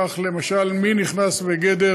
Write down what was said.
כך, למשל, מי נכנס בגדר